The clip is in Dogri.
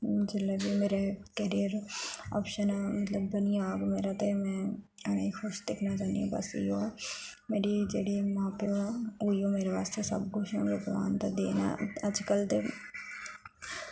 जेल्लै बी मेरे करियर आप्शन मतलब बनी जाग मेरा ते में उनेंई खुश दिक्खना चाहंनी आं बस इयो मेरी जेह्ड़ी मां प्यो न इयो मेरे वास्तै सब कुछ न ते देना ते अजकल्ल ते